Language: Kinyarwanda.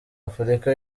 afurika